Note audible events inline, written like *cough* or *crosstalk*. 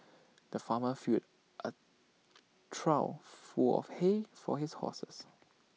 the farmer filled A *noise* trough full of hay for his horses